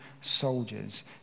soldiers